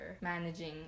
managing